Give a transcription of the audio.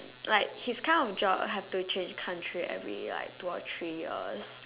like he's kind of job have to change country every like two or three years